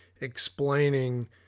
explaining